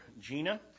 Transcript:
Gina